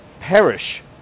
perish